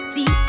See